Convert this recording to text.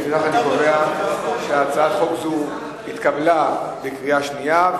לפיכך אני קובע שהצעת חוק זו התקבלה בקריאה שנייה.